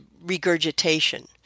regurgitation